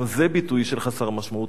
גם זה ביטוי של חסר משמעות.